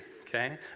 okay